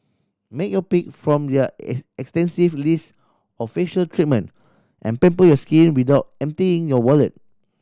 make your pick from their extensive list of facial treatment and pamper your skin without emptying your wallet